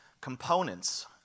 components